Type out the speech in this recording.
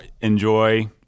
enjoy